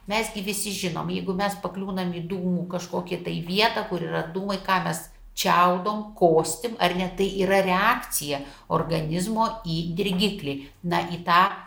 mes gi visi žinom jeigu mes pakliūnam į dūmų kažkokį tai vietą kur yra dūmai ką mes čiaudom kostim ar ne tai yra reakcija organizmo į dirgiklį na į tą